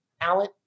talent